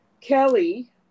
Kelly